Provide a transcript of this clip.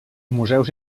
museus